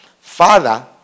Father